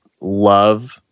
love